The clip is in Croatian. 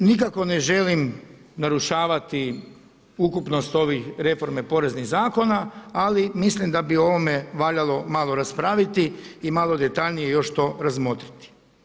Dakle nikako ne želim narušavati ukupnost ovih reforme poreznih zakona, ali mislim da bi o ovome valjalo malo raspraviti i malo detaljnije još to razmotriti.